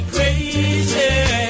Crazy